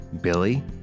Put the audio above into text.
Billy